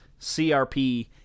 CRP